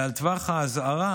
ועל טווח האזהרה,